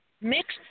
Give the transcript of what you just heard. mixed